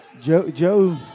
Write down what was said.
Joe –